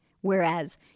Whereas